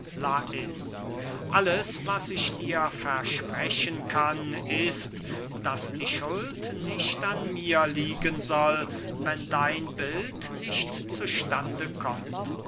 alles was ich dir versprechen kann ist daß die schuld nicht an mir liegen soll wenn dein bild nicht zu stande kommt